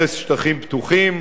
הרס שטחים פתוחים,